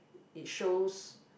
it shows